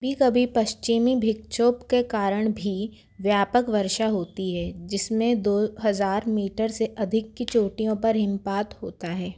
भी कभी पश्चिमी विक्षोभ के कारण भी व्यापक वर्षा होती है जिसमें दो हजार मीटर से अधिक की चोटियों पर हिमपात होता है